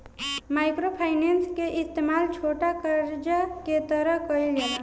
micro finance के इस्तमाल छोटा करजा के तरह कईल जाला